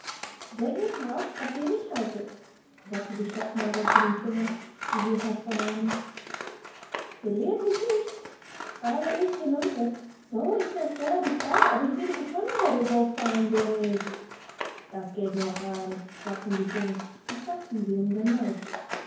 seht nur darauf daß ihr mich haltet sagte die stopfnadel zu den fingern die sie hervornahmen verliert mich nicht falle ich hinunter so ist es sehr die frage ob ich wieder gefunden werde so fein bin ich das geht noch an sagten die finger und faßten sie um den leib